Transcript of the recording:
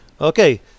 Okay